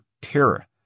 terror